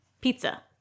pizza